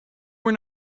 were